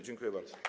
Dziękuję bardzo.